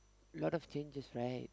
a lot of changes right